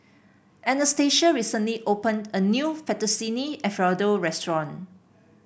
Anastacia recently opened a new Fettuccine Alfredo Restaurant